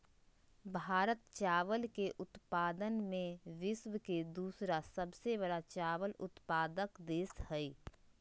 भारत चावल के उत्पादन में विश्व के दूसरा सबसे बड़ा चावल उत्पादक देश हइ